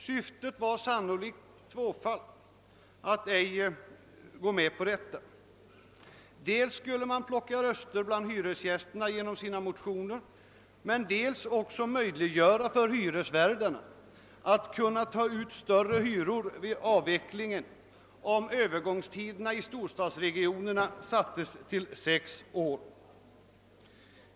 Syftet var sannolikt tvåfaldigt: dels skulle man plocka röster bland hyresgästerna genom sina motioner, dels skulle man möjliggöra för hyresvärdarna att ta ut större hyror vid avvecklingen om Övergångstiden i storstadsregionerna sattes till sex år.